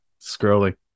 Scrolling